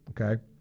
okay